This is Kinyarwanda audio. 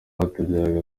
rwatubyaye